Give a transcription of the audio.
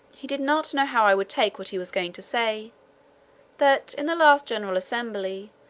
he did not know how i would take what he was going to say that in the last general assembly,